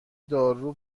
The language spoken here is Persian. دارو